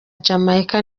jamaica